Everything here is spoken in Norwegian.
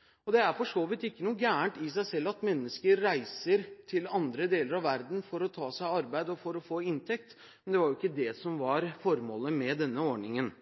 aupairordningen. Det er for så vidt i seg selv ikke noe galt i at mennesker reiser til andre deler av verden for å ta seg arbeid og for å få inntekt, men det var ikke det som var formålet med denne ordningen.